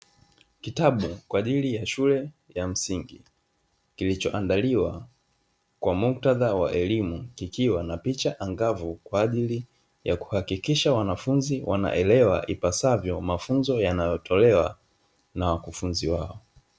Kitabu kwa ajili ya shule ya msingi. Kilichoandaliwa kwa muktadha wa elimu kikiwa na picha angavu kwa ajili ya kuhakikisha wanafunzi wanaelewa ipasavyo mafunzo yanayotolewa na wakufunzi wao.